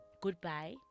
goodbye